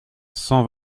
cent